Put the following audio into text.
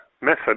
method